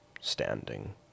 standing